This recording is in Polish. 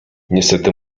niestety